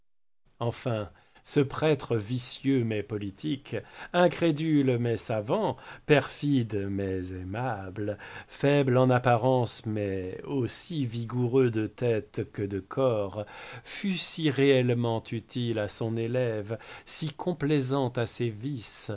enfin ce prêtre vicieux mais politique incrédule mais savant perfide mais aimable faible en apparence mais aussi vigoureux de tête que de corps fut si réellement utile à son élève si complaisant à ses vices